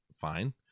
fine